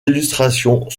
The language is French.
illustrations